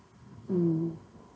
um